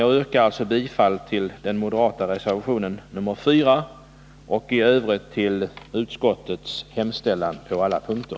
Jag yrkar bifall till den moderata reservationen 4 och i övrigt till utskottets hemställan på alla punkter.